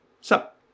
sup